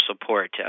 support